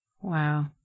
Wow